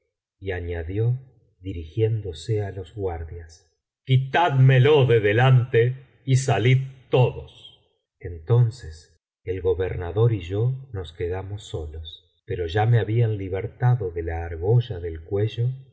y añadió dirigiéndose á los guardias quitádmelo de delante y salid todos entonces el gobernador y yo nos quedamos solos pero ya me habían libertado de la argolla del cuello